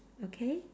okay